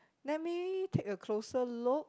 let me take a closer look